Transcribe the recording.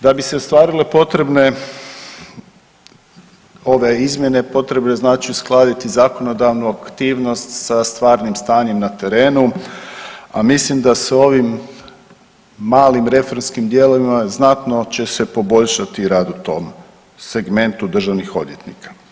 Da bi se ostvarile potrebne ove izmjene potrebno je znači uskladiti zakonodavnu aktivnost sa stvarnim stanjem na terenu, a mislim da se ovim malim reformskim dijelovima znatno će se poboljšati rad u tom segmentu državnih odvjetnika.